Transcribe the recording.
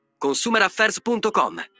ConsumerAffairs.com